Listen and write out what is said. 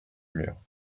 mur